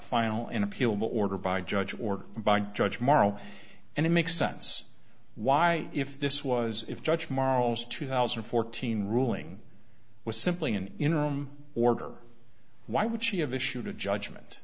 final an appealable order by judge or by judge morrow and it makes sense why if this was if judge marls two thousand and fourteen ruling was simply an interim order why would she have issued a judgment